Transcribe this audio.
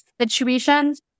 situations